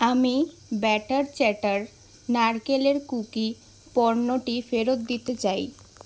আমি batter chatter নারকেলের cookie পণ্যটি ফেরত দিতে চাই